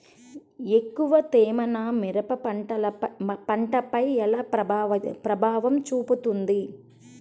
ఎక్కువ తేమ నా మిరప పంటపై ఎలా ప్రభావం చూపుతుంది?